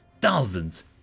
thousands